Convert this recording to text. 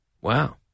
Wow